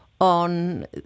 on